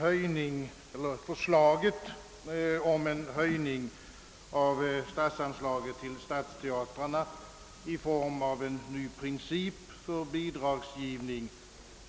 Herr talman! Förslaget om en höjning av statsanslaget till stadsteatrarna i form av en ny princip för bidragsgivningen